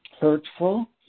hurtful